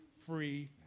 free